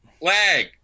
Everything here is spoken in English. lag